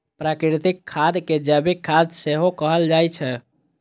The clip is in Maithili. प्राकृतिक खाद कें जैविक खाद सेहो कहल जाइ छै